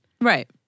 Right